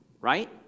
right